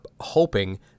hoping